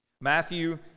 Matthew